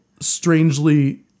strangely